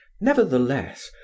Nevertheless